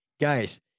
guys